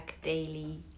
daily